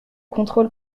contrôle